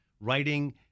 writing